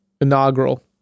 Inaugural